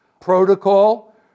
protocol